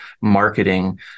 marketing